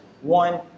one